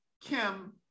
Kim